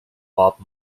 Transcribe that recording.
bob